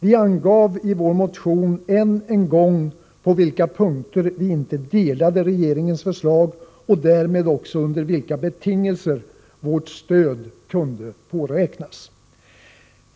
Vi angav i vår motion ännu en gång på vilka punkter vi inte delade regeringens förslag och därmed även under vilka betingelser vårt stöd kunde påräknas.